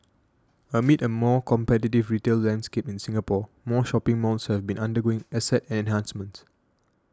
amid a more competitive retail landscape in Singapore more shopping malls have been undergoing asset enhancements